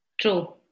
True